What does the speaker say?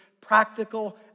practical